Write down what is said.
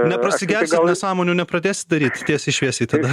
neprasigesit nesąmonių nepradėsit daryt tiesiai šviesiai tada